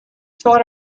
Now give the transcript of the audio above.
thought